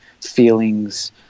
feelings